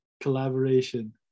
collaboration